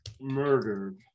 murdered